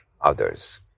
others